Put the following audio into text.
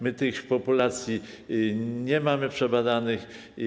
My tych populacji nie mamy przebadanych.